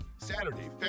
Saturday